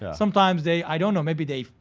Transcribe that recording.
sometimes they, i dunno, maybe they,